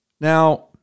Now